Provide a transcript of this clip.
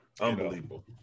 Unbelievable